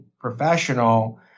Professional